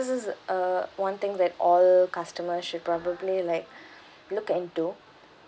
this is err one thing that all customers should probably like look into